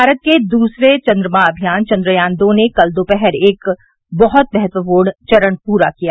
भारत के दूसरे चन्द्रमा अभियान चन्द्रयान दो ने कल दोपहर एक बहुत महत्वपूर्ण चरण पूरा कर लिया